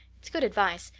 it's good advice,